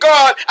God